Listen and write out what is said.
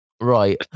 Right